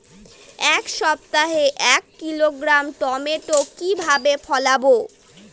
এক সপ্তাহে এক কিলোগ্রাম টমেটো কিভাবে ফলাবো?